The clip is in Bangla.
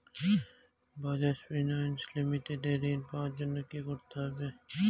বাজাজ ফিনান্স লিমিটেড এ ঋন পাওয়ার জন্য কি করতে হবে?